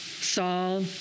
Saul